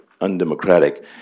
undemocratic